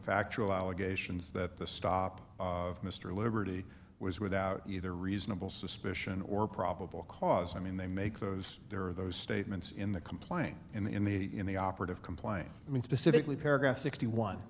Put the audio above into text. factual allegations that the stop of mr liberty was without either reasonable suspicion or probable cause i mean they make those there are those statements in the complaint and in the in the operative complaint i mean specifically paragraph sixty one